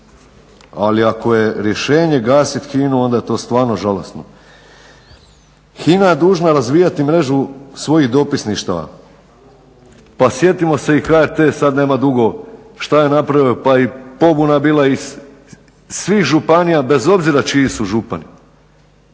ali ako je rješenje gasiti HINA-u, onda je to stvarno žalosno. HINA je dužna razvijati mrežu svojih dopisništava. Pa sjetimo se i HRT sada nema dugova, što je napravio, pa i pobuna je bila iz svih županija bez obzira čiji su župani.